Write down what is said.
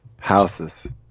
Houses